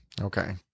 Okay